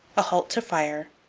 a halt to fire,